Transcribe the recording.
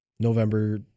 November